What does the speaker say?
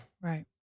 Right